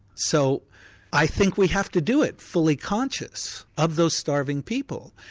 so i think we have to do it fully conscious of those starving people,